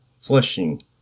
flushing